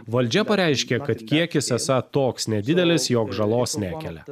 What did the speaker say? valdžia pareiškė kad kiekis esą toks nedidelis jog žalos nekelia